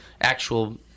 actual